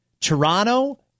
Toronto